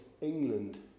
England